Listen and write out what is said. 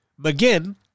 McGinn